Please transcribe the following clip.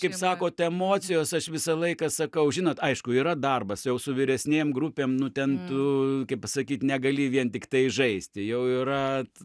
kaip sakot emocijos aš visą laiką sakau žinot aišku yra darbas jau su vyresnėm grupėm nu ten tu kaip pasakyt negali vien tiktai žaisti jau yra